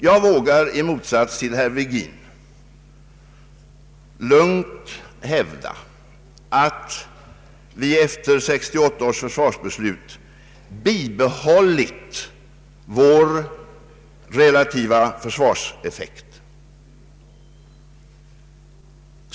Jag vågar i motsats till herr Virgin lugnt hävda att vi efter 1968 års försvarsbeslut bibehållit vår relativa försvarseffekt.